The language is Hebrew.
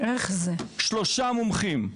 3 מומחים.